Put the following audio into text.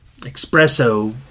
espresso